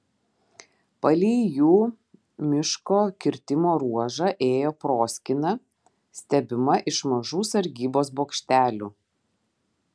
palei jų miško kirtimo ruožą ėjo proskyna stebima iš mažų sargybos bokštelių